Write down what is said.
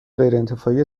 غیرانتفاعی